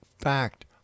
fact